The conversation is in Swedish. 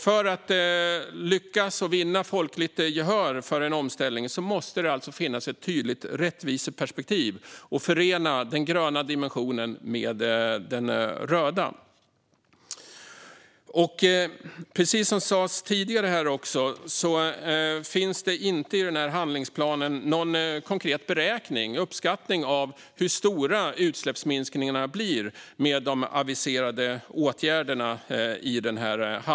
För att lyckas och vinna folkligt gehör för en omställning måste det alltså finnas ett tydligt rättviseperspektiv, och man måste förena den gröna dimensionen med den röda. Precis som sas tidigare finns det inte någon konkret beräkning i handlingsplanen. Det finns inte någon uppskattning av hur stora utsläppsminskningarna blir med de aviserade åtgärderna.